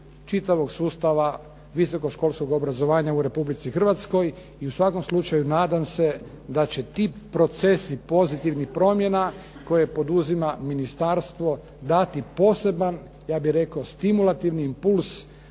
čitavog sustava visokoškolskog obrazovanja u Republici Hrvatskoj i u svakom slučaju nadam se da će ti procesi pozitivnih promjena koje poduzima ministarstvo dati poseban ja bih rekao stimulativni impuls